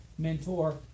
mentor